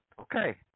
Okay